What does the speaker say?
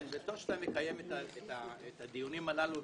טוב שאתה מקיים את הדיונים הללו,